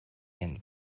and